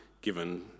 given